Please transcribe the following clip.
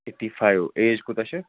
eighty five age کوٗتاہ چھِ